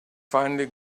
finally